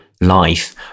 life